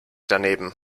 daneben